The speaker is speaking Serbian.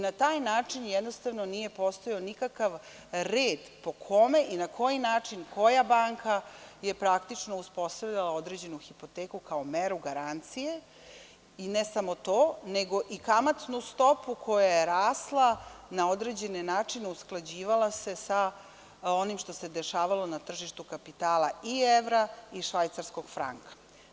Na taj način, jednostavno, nije postojao nikakav red po kome i na koji način, koja banka je, praktično, uspostavljala određenu hipoteku kao meru garancije, i ne samo to, nego i kamatnu stopu koja je rasla na određeni način i usklađivala se sa onim što se dešavalo na tržištu kapitala i evra i švajcarskog franka.